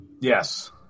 Yes